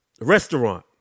restaurant